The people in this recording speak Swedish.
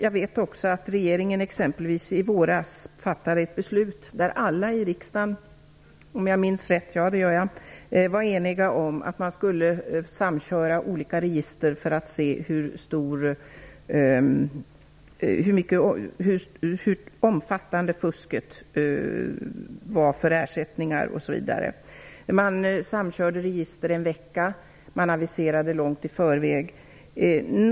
Jag vet också att regeringen i våras t.ex. fattade ett beslut som alla i riksdagen var eniga om, nämligen att man skulle samköra olika register för att se hur omfattande fusket var när det gällde ersättningar osv. Man samkörde register i en vecka. Man aviserade långt i förväg.